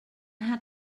had